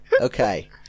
Okay